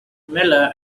miller